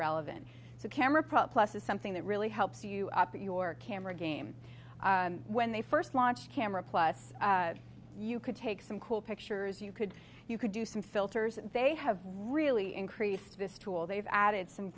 camera plus is something that really helps you up your camera game when they first launched camera plus you could take some cool pictures you could you could do some filters they have really increased this tool they've added some